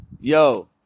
Yo